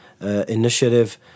initiative